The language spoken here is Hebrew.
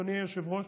אדוני היושב-ראש,